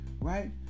right